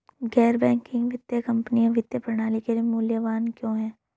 गैर बैंकिंग वित्तीय कंपनियाँ वित्तीय प्रणाली के लिए मूल्यवान क्यों हैं?